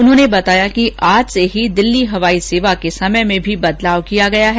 उन्होंने बताया कि आज से ही दिल्ली हवाई सेवा के समय में भी बदलाव किया गया है